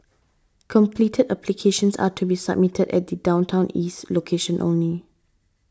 completed applications are to be submitted at the Downtown East location only